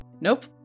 Nope